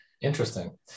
Interesting